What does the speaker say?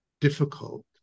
difficult